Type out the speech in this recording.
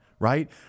Right